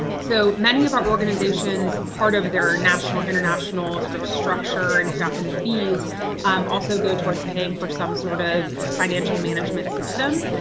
so many of our organizations, part of their national or international sort of structure and and fees um also go towards paying for some sort of financial management system.